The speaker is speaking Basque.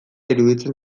iruditzen